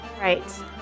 Right